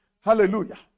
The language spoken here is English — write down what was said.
Hallelujah